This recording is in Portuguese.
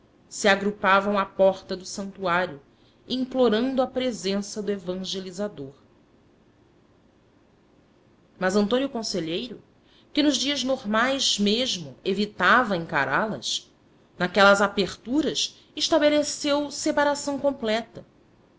se agrupavam à porta do santuário implorando a presença do evangelizador novo milagre do conselheiro mas antônio conselheiro que nos dias normais mesmo evitava encará las naquelas aperturas estabeleceu separação completa